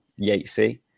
yatesy